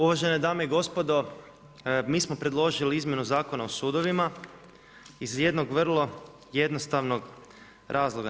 Uvažene dame i gospodo, mi smo predložili izmjenu Zakona o sudovi, iz jednog vrlo jednostavnog razloga.